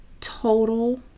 total